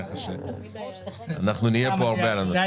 כך שנהיה כאן הרבה בנושא הזה.